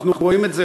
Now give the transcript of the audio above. אנחנו רואים את זה,